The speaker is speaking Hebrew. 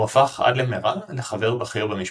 הוא הפך עד מהרה לחבר בכיר במשפחה.